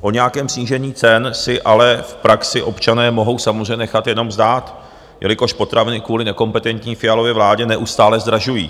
O nějakém snížení cen si ale v praxi občané mohou samozřejmě nechat jenom zdát, jelikož potraviny kvůli nekompetentní Fialově vládě neustále zdražují.